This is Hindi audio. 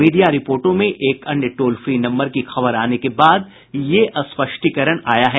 मीडिया रिपोर्टो में एक अन्य टोल फ्री नम्बर की खबर आने के बाद यह स्पष्टीकरण आया है